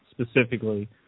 specifically